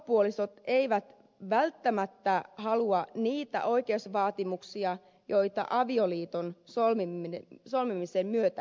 avopuolisot eivät välttämättä halua niitä oikeusvaatimuksia joita avioliiton solmimisen myötä syntyy